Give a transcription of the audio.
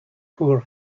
poor